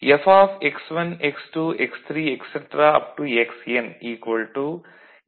Fx1 x2 x3 xN x1'